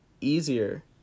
easier